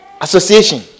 Association